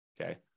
okay